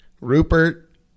Rupert